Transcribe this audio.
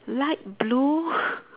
light blue